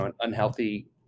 unhealthy